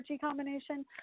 combination